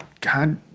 God